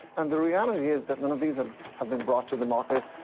and the reality is that none of these ah have been brought to the market.